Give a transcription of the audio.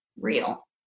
real